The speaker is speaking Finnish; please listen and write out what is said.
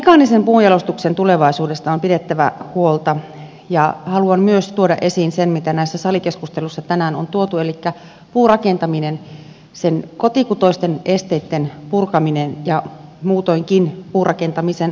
mekaanisen puunjalostuksen tulevaisuudesta on pidettävä huolta ja haluan myös tuoda esiin sen mitä näissä salikeskusteluissa tänään on tuotu elikkä puurakentamisen kotikutoisten esteitten purkamisen ja muutoinkin puurakentamisen vauhdittamisen